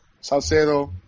Salcedo